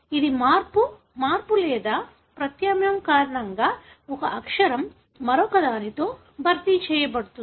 ఇది మార్పు మార్పు లేదా ప్రత్యామ్నాయం కారణంగా ఒక అక్షరం మరొకదానితో భర్తీ చేయబడుతుంది